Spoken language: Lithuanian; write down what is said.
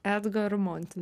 edgaru monti